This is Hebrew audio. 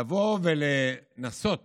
לבוא לנסות